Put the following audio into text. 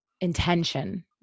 intention